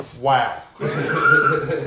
wow